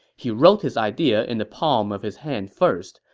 he wrote his idea in the palm of his hand first,